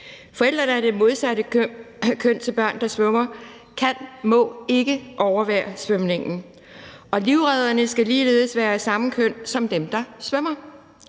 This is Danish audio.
Forældrene af det modsatte køn til børn, der svømmer, kan, må ikke overvære svømningen, og livredderne skal ligeledes være af samme køn som dem, der svømmer.